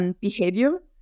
behavior